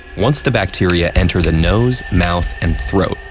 once the bacteria enter the nose, mouth, and throat,